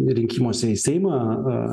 rinkimuose į seimą